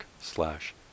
slash